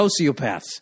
sociopaths